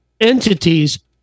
entities